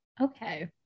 Okay